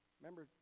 Remember